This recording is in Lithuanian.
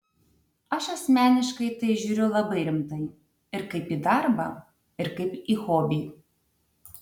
aš asmeniškai į tai žiūriu labai rimtai ir kaip į darbą ir kaip į hobį